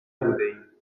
بوده